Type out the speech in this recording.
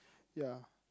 ya